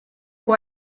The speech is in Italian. può